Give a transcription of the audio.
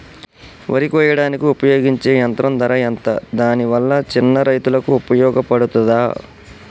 వరి కొయ్యడానికి ఉపయోగించే యంత్రం ధర ఎంత దాని వల్ల చిన్న రైతులకు ఉపయోగపడుతదా?